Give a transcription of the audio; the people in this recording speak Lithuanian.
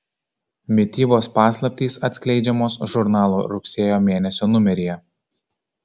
mitybos paslaptys atskleidžiamos žurnalo rugsėjo mėnesio numeryje